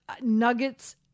Nuggets